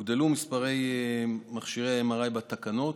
הוגדל מספרי מכשירי ה-MRI בתקנות,